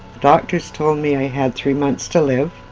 doctors told me i had three months to live,